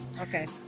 Okay